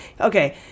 okay